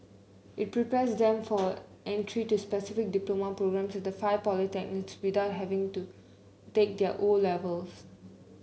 it prepares them for entry to specific diploma programmes at the five polytechnics without having to take their O levels